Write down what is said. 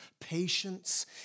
patience